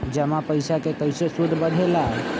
जमा पईसा के कइसे सूद बढे ला?